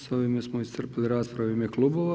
S ovime smo iscrpili rasprave u ime klubova.